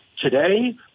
today